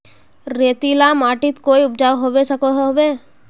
रेतीला माटित कोई उपजाऊ होबे सकोहो होबे?